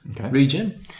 region